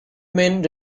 men